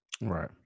Right